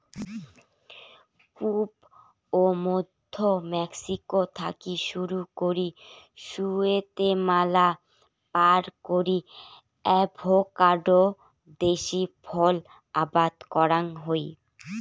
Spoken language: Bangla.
পুব ও মইধ্য মেক্সিকো থাকি শুরু করি গুয়াতেমালা পার করি অ্যাভোকাডো দেশী ফল আবাদ করাং হই